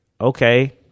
okay